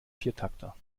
viertakter